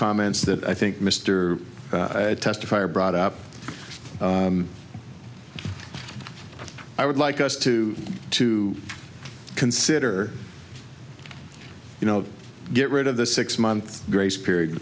comments that i think mr testifier brought up i would like us to to consider you know get rid of the six month grace period